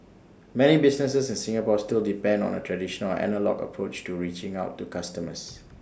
many businesses in Singapore still depend on A traditional or analogue approach to reaching out to customers